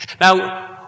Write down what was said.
Now